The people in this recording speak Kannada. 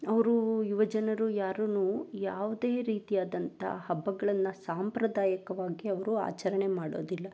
ಅವರು ಯುವಜನರು ಯಾರೂ ಯಾವುದೇ ರೀತಿಯಾದಂಥ ಹಬ್ಬಗಳನ್ನು ಸಾಂಪ್ರದಾಯಿಕವಾಗಿ ಅವರು ಆಚರಣೆ ಮಾಡೋದಿಲ್ಲ